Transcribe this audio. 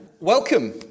Welcome